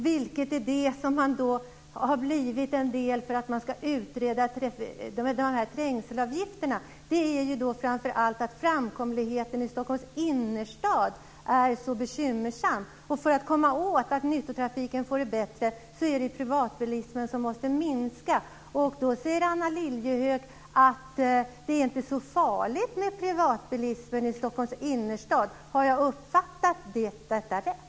Att man ska utreda trängselavgifter beror framför allt på att framkomligheten i Stockholms innerstad är så dålig. För att underlätta för nyttotrafiken måste man minska privatbilismen. Anna Lilliehöök säger att det inte är så farligt med privatbilismen i Stockholms innerstad. Har jag verkligen uppfattat det rätt?